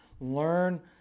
learn